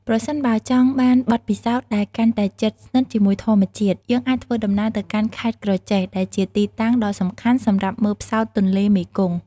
ប្រសិនបើចង់បានបទពិសោធន៍ដែលកាន់តែជិតស្និទ្ធជាមួយធម្មជាតិ យើងអាចធ្វើដំណើរទៅកាន់ ខេត្តក្រចេះ ដែលជាទីតាំងដ៏សំខាន់សម្រាប់មើល ផ្សោតទន្លេមេគង្គ។